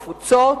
תפוצות,